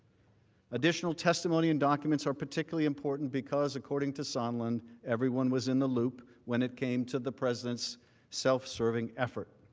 additional testimony and documents are particularly important because according to sondland, everyone was in the loop when it came to the present self-serving effort.